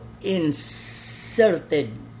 inserted